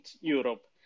Europe